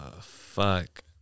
fuck